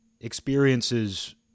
experiences